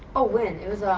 ah when, it was.